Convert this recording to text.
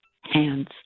hands